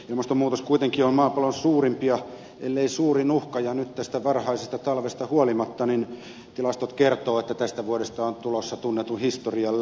ilmastonmuutos on kuitenkin maapallon suurimpia ellei suurin uhka ja nyt tästä varhaisesta talvesta huolimatta tilastot kertovat että tästä vuodesta on tulossa tunnetun historian lämpimin